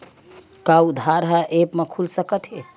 का आधार ह ऐप म खुल सकत हे?